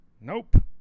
Nope